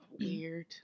weird